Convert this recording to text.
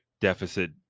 deficit